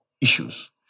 issues